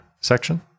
section